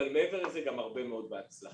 אבל מעבר לזה גם הרבה מאוד הצלחה.